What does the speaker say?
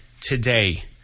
today